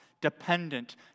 dependent